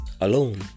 alone